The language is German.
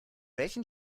welchen